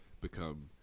become